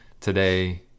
today